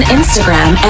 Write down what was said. Instagram